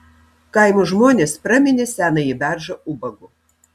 kaimo žmonės praminė senąjį beržą ubagu